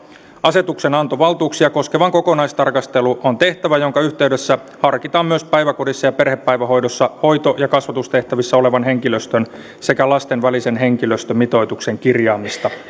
asetuksenantovaltuuksia koskeva kokonaistarkastelu on tehtävä ja sen yhteydessä harkitaan myös päiväkodissa ja perhepäivähoidossa hoito ja kasvatustehtävissä olevan henkilöstön sekä lasten välisen henkilöstömitoituksen kirjaamista